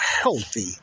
healthy